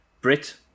Brit